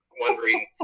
wondering